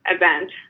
event